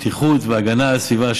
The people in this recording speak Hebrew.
בטיחות והגנה על הסביבה,